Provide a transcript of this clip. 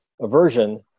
aversion